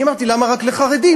אמרתי: למה רק לחרדים?